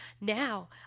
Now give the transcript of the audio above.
Now